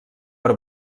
per